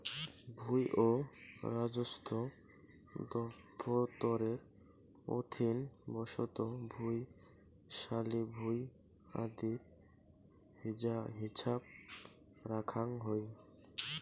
ভুঁই ও রাজস্ব দফতরের অধীন বসত ভুঁই, শালি ভুঁই আদির হিছাব রাখাং হই